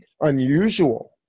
unusual